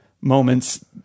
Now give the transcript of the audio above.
moments